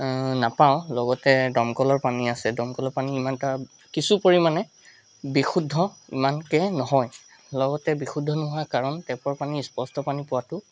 নাপাওঁ লগতে দমকলৰ পানী আছে দমকলৰ পানী ইমানটা কিছু পৰিমাণে বিশুদ্ধ ইমানকৈ নহয় লগতে বিশুদ্ধ নোহোৱাৰ কাৰণ টেপৰ পানী স্পষ্ট পানী পোৱাটো